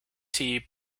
tnt